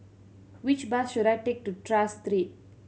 which bus should I take to Tras Street